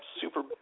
super